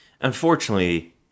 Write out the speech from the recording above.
unfortunately